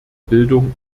bildung